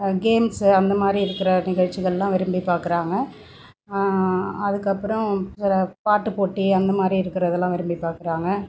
games அந்தமாதிரி இருக்கிற நிகழ்ச்சிகளெலாம் விரும்பி பார்க்குறாங்க அதுக்கப்புறோம் வேறு பாட்டுப்போட்டி அந்தமாதிரி இருக்கிறதெல்லாம் விரும்பி பார்க்குறாங்க